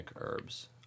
herbs